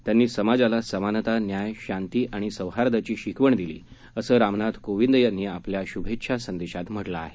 त्यांनी समाजाला समानता न्याय शांती आणि सौहार्दाची शिकवण दिली असं रामनाथ कोविंद यांनी आपल्या शुभेच्छा संदेशात म्हटलं आहे